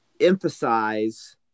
emphasize